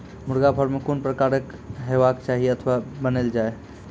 मुर्गा फार्म कून प्रकारक हेवाक चाही अथवा बनेल जाये?